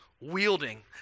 wielding